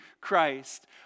Christ